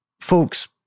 folks